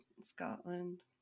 Scotland